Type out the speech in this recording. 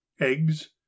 eggs